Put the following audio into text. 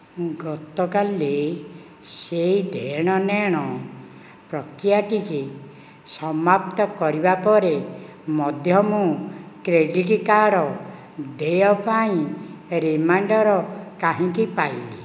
ଗତକାଲି ସେହି ଦେଣ ନେଣ ପ୍ରକ୍ରିୟାଟିକି ସମାପ୍ତ କରିବା ପରେ ମଧ୍ୟ ମୁଁ କ୍ରେଡ଼ିଟ୍ କାର୍ଡ଼ ଦେୟ ପାଇଁ ରିମାଇଣ୍ଡର୍ କାହିଁକି ପାଇଲି